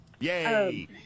Yay